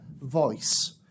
voice